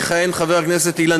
יכהן חבר הכנסת יצחק